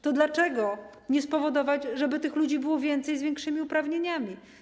To dlaczego nie spowodować, żeby tych ludzi było więcej z większymi uprawnieniami?